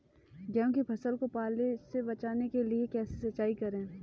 गेहूँ की फसल को पाले से बचाने के लिए कैसे सिंचाई करें?